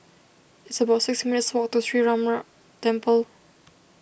it's about six minutes' walk to Sree Ramar Temple